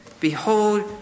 behold